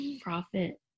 profit